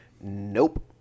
Nope